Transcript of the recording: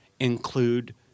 Include